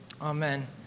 amen